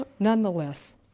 Nonetheless